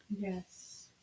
Yes